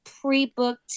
pre-booked